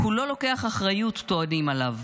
'הוא לא לוקח אחריות', טוענים עליו.